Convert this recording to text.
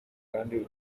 kandi